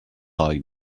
like